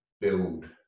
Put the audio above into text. build